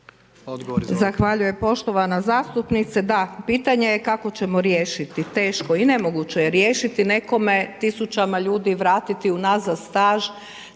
Odgovor izvolite.